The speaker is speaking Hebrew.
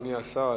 אדוני השר,